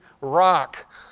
rock